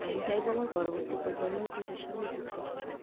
আমি চাইবো আমার পরবর্তী প্রজন্মই পেশার সঙ্গে যুক্ত থাকুক